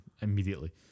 immediately